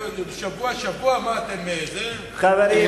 חברים,